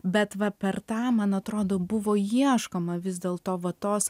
bet va per tą man atrodo buvo ieškoma vis dėl to va tos